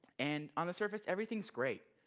and on the surface everything's great.